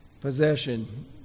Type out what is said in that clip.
possession